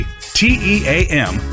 T-E-A-M